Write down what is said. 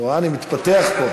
את רואה, אני מתפתח פה.